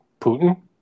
Putin